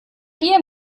dir